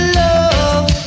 love